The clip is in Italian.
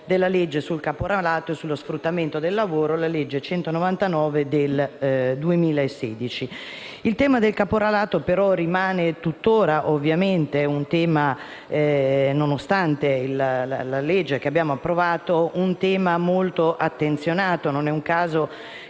Il tema del caporalato rimane tuttora, nonostante la legge che abbiamo approvato, molto attenzionato;